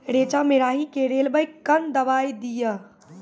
रेचा मे राही के रेलवे कन दवाई दीय?